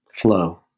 flow